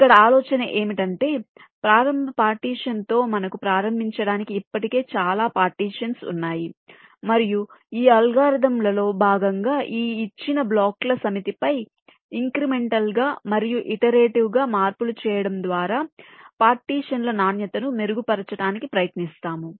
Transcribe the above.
ఇక్కడ ఆలోచన ఏమిటంటే ప్రారంభ పార్టీషన్ తో మనకు ప్రారంభించడానికి ఇప్పటికే చాలా పార్టీషన్స్ ఉన్నాయి మరియు ఈ అల్గోరిథంలలో భాగంగా ఈ ఇచ్చిన బ్లాకుల సమితిపై ఇంక్రిమెంటల్ గా మరియు ఇటరేటివ్ గా మార్పులు చేయడం ద్వారా పార్టీషన్ ల నాణ్యతను మెరుగుపరచడానికి ప్రయత్నిస్తాము